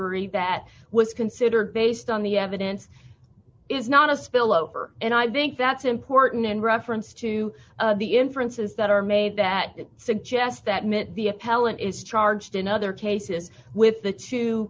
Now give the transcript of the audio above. jury that was considered based on the evidence is not a spillover and i think that's important in reference to the inferences that are made that suggest that meant the appellant is charged in other cases with the two